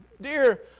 dear